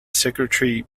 secretary